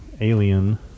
Alien